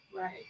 right